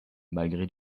malgré